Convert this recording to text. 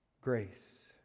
grace